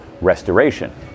restoration